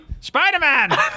Spider-Man